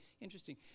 interesting